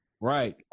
right